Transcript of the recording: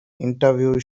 interview